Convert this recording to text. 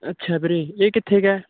ਅੱਛਾ ਵੀਰੇ ਇਹ ਕਿੱਥੇ ਕੁ ਹੈ